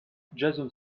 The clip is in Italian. jason